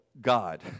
God